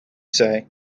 say